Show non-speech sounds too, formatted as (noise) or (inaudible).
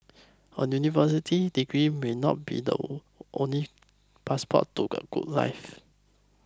a university degree may not be the (noise) only passport to a good life